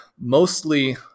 mostly